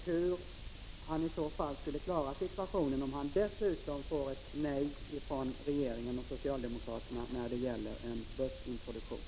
Hur skall verkställande direktören klara situationen, om han dessutom får nej från regeringen och socialdemokraterna till en börsintroduktion?